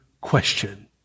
question